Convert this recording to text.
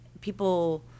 people